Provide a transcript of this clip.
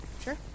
Sure